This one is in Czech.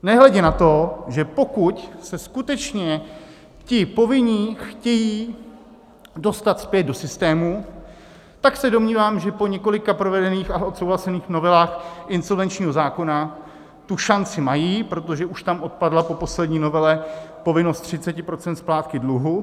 Nehledě na to, že pokud se skutečně ti povinní chtějí dostat zpět do systému, tak se domnívám, že po několika provedených a odsouhlasených novelách insolvenčního zákona tu šanci mají, protože už tam odpadla po poslední novele povinnost 30 % splátky dluhu.